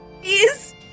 Please